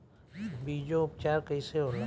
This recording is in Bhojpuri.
बीजो उपचार कईसे होला?